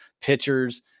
pitchers